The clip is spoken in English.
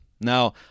Now